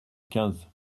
quinze